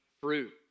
fruit